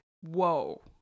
whoa